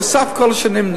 הוא אסף כל השנים,